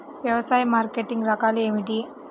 వ్యవసాయ మార్కెటింగ్ రకాలు ఏమిటి?